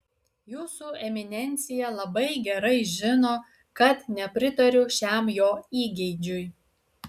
jūsų eminencija labai gerai žino kad nepritariu šiam jo įgeidžiui